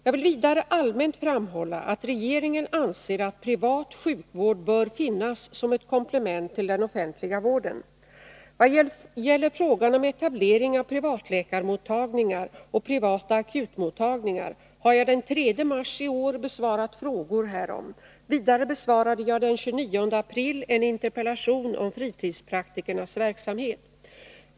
Jag vill vidare allmänt framhålla att regeringen anser att privat sjukvård bör finnas som ett komplement till den offentliga vården. Vad gäller frågan om etablering av privatläkarmottagningar och privata akutmottagningar har jag den 3 mars i år besvarat frågor härom. Vidare besvarade jag den 29 april en interpellation om fritidspraktikernas verksamhet.